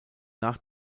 nach